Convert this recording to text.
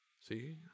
See